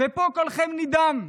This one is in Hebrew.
ופה קולכם נדם.